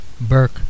burke